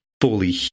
fully